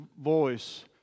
voice